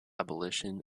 abolition